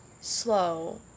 slow